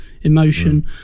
emotion